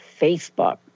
Facebook